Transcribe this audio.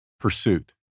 pursuit